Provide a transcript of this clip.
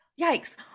Yikes